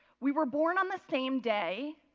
we were born on the same day.